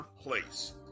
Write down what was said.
place